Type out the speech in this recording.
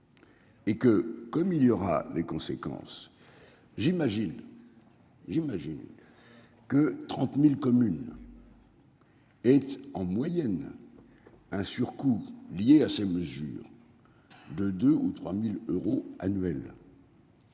Et que comme il y aura des conséquences, j'imagine. J'imagine. Que 30.000 communes. Et en moyenne. Un surcoût lié à ces mesures. De 2 ou 3000 euros annuels.